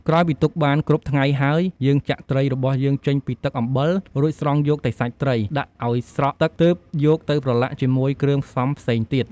ក្រោយពីទុកបានគ្រប់ថ្ងៃហើយ យើងចាក់ត្រីរបស់យើងចេញពីទឹកអំបិល រួចស្រង់យកតែសាច់ត្រី ដាក់ឱ្យស្រក់ទឹក ទើបយកទៅប្រឡាក់ជាមួយគ្រឿងផ្សំផ្សេងទៀត។